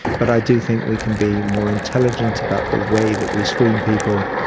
but i do think we can be more intelligent about the way that we screen people.